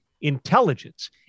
intelligence